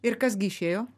ir kas gi išėjo